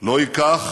לא ייקח.